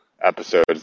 episodes